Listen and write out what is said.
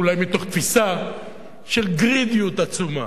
אולי מתוך תפיסה של גרידיות עצומה.